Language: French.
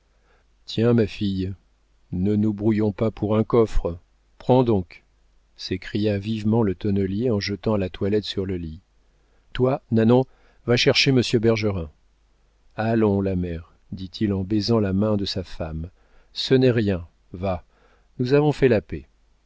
tiens ma fille ne nous brouillons pas pour un coffre prends donc s'écria vivement le tonnelier en jetant la toilette sur le lit toi nanon va chercher monsieur bergerin allons la mère dit-il en baisant la main de sa femme ce n'est rien va nous avons fait la paix